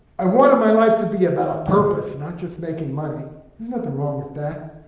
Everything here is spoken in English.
i wanted my life to be about a purpose, not just making money. there's nothing wrong with that.